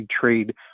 trade